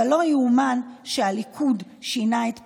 אבל לא יאומן שהליכוד שינה את פניו.